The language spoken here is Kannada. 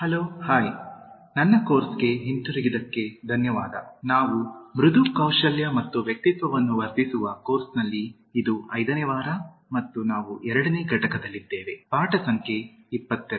ಹಲೋ ಹಾಯ್ನನ್ನ ಕೋರ್ಸ್ಗೆ ಹಿಂತಿರುಗಿದಕ್ಕೆ ಧನ್ಯವಾದ ನಾವು ಮೃದು ಕೌಶಲ್ಯ ಮತ್ತು ವ್ಯಕ್ತಿತ್ವವನ್ನು ವರ್ಧಿಸುವ ಕೋರ್ಸ್ ನಲ್ಲಿ ಇದು ಐದನೇ ವಾರ ಮತ್ತು ನಾವು ಎರಡನೇ ಘಟಕದಲ್ಲಿದ್ದೇವೆ ಪಾಠ ಸಂಖ್ಯೆ ೨೨